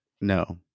No